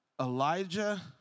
Elijah